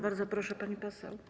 Bardzo proszę, pani poseł.